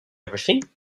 everything